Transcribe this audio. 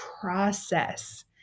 process